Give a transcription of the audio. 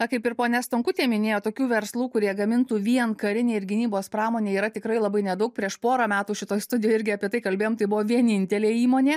na kaip ir ponia stonkutė minėjo tokių verslų kurie gamintų vien karinei ir gynybos pramonei yra tikrai labai nedaug prieš porą metų šitoj studijoj irgi apie tai kalbėjom tai buvo vienintelė įmonė